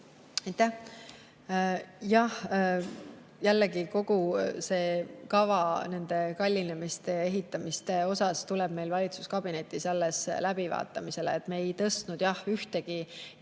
Jah, jällegi, kogu see kava nende kallinemiste ja ehitamiste suhtes tuleb meil valitsuskabinetis alles läbivaatamisele. Me ei tõstnud ühtegi